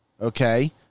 okay